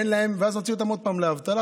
ואז נוציא עוד פעם לאבטלה,